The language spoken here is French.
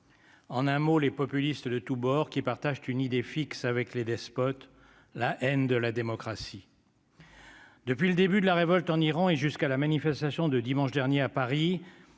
en un mot, les populistes de tous bords qui partagent une idée fixe avec les despotes la haine de la démocratie. Depuis le début de la révolte en Iran et jusqu'à la manifestation de dimanche dernier à Paris,